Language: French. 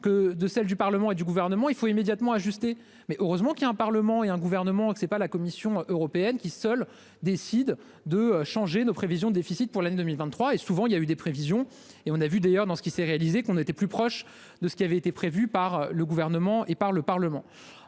que de celle du Parlement et du gouvernement, il faut immédiatement ajusté mais heureusement qu'il y a un parlement et un gouvernement que c'est pas la Commission européenne qui seul décide de changer nos prévisions, déficit pour l'année 2023 et souvent il y a eu des prévisions et on a vu d'ailleurs dans ce qui s'est réalisé qu'on était plus proche de ce qui avait été prévu par le gouvernement et par le Parlement.